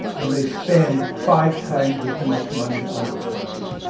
and they spend five times as much money on defense.